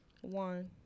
one